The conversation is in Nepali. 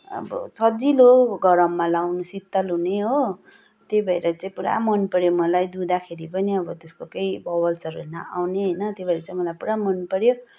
अब सजिलो गरममा लगाउन शीतल हुने हो त्यही भएर चाहिँ पुरा मनपर्यो मलाई धुँदाखेरि पनि अब त्यसको केही बबल्सहरू नआउने होइन त्यही भएर मलाई पुरा मनपर्यो